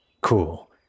cool